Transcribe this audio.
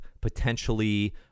potentially